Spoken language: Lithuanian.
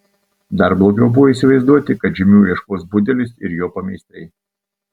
dar blogiau buvo įsivaizduoti kad žymių ieškos budelis ir jo pameistriai